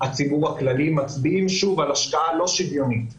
הנתון הזה מצביע שוב על השקעה לא שוויונית בשיטור,